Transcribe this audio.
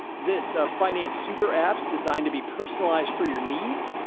this a finance super apps designed to be personalized for your needs.